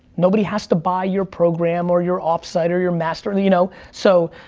nobody has to buy your program or your offsite or your master, you know. so,